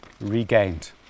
regained